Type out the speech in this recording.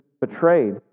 betrayed